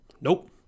nope